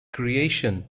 creation